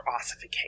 ossification